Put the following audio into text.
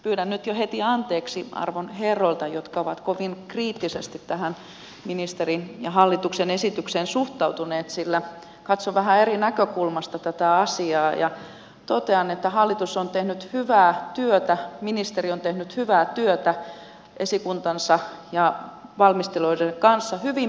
pyydän jo heti anteeksi arvon herroilta jotka ovat kovin kriittisesti tähän ministerin ja hallituksen esitykseen suhtautuneet sillä katson vähän eri näkökulmasta tätä asiaa ja totean että hallitus on tehnyt hyvää työtä ministeri on tehnyt hyvää työtä esikuntansa ja valmistelijoiden kanssa hyvin perusteellista työtä